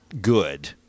good